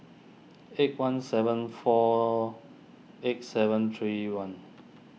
eight one seven four eight seven three one